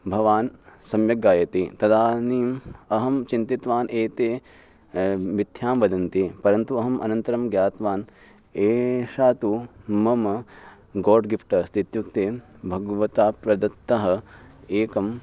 भवान् सम्यक् गायति तदानीम् अहं चिन्तितवान् एते मिथ्यां वदन्ति परन्तु अहम् अनन्तरं ज्ञातवान् एषः तु मम गाड्गिफ्ट् अस्ति इत्युक्ते भगवता प्रदत्तम् एकम्